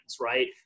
right